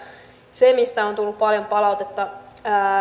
se mistä on tullut paljon palautetta